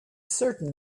certain